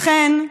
לכן,